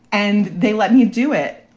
and they let me do it.